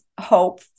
hope